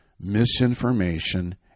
Misinformation